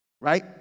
right